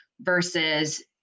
versus